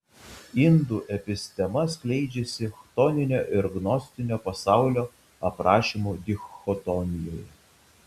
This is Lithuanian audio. indų epistema skleidžiasi chtoninio ir gnostinio pasaulio aprašymų dichotomijoje